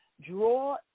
Draw